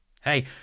hey